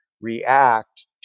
react